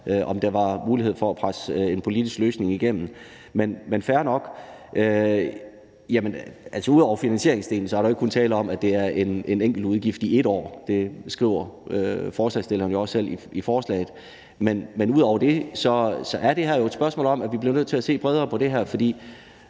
om der var mulighed for at presse en politisk løsning igennem. Men fair nok. Ud over finansieringsdelen er der jo ikke kun tale om, at det er en enkelt udgift i 1 år – det skriver forslagsstillerne jo også selv i forslaget. Ud over det er det her jo et spørgsmål om, at vi bliver nødt til at se bredere på det her, for